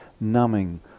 numbing